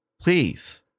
Please